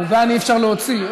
מוגן אי-אפשר להוציא.